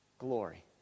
Glory